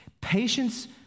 patience